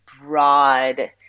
broad –